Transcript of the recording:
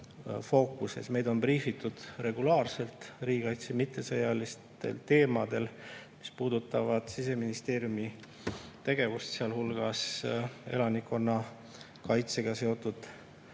Meid on briifitud regulaarselt riigikaitse mittesõjalistel teemadel, mis puudutavad Siseministeeriumi tegevust, sealhulgas elanikkonnakaitsega seotud